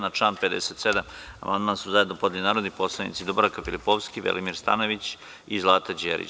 Na član 57. amandman su zajedno podneli narodni poslanici Dubravka Filipovski, Velimir Stanojević i Zlata Đerić.